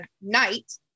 night